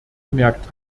gemerkt